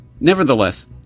Nevertheless